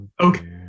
Okay